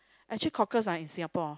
actually cockles ah in Singapore